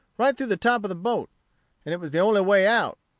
right through the top of the boat and it was the only way out,